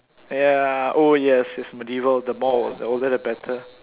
yeah oo yes yes medieval the more the older the better